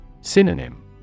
Synonym